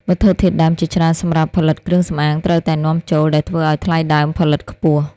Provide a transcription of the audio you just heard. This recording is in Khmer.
វត្ថុធាតុដើមជាច្រើនសម្រាប់ផលិតគ្រឿងសម្អាងត្រូវតែនាំចូល ដែលធ្វើឱ្យថ្លៃដើមផលិតខ្ពស់។